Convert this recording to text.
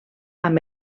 amb